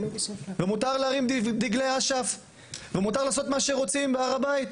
להרים דגלי אש"ף ולעשות מה שרוצים בהר הבית,